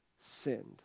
sinned